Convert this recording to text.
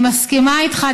אני מסכימה איתך,